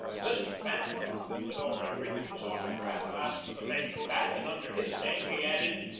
mr. bancroft, who had already written his auto graph, asked for the menu back and under his name he added,